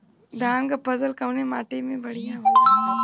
धान क फसल कवने माटी में बढ़ियां होला?